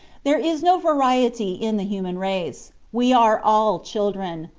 there is no variety in the human race. we are all children,